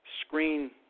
screen